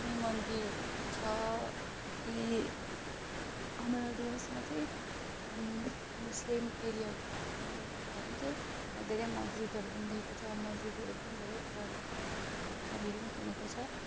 अनि मन्दिरहरू पनि छ जस्तै हाम्रो डुवर्समा चाहिँ मुस्लिम एरियाकोहरू पनि बस्ने कारण चाहिँ धेरै मस्जिदहरू पनि देखेको छ मस्जिदहरू पनि धेरै पुरानो छ मैले त्यहाँको कहानीहरू पनि सुनेको छ